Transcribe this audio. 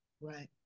Right